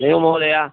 नैव महोदय